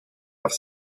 off